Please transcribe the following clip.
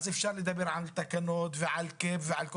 אז אפשר לדבר על תקנות ועל Cap ועל כל